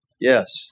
Yes